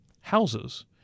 houses